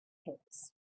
pits